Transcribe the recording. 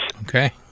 Okay